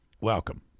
Welcome